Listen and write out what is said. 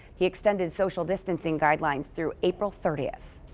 he extended social-distancing guidelines through april thirtieth.